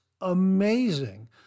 amazing